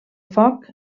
foc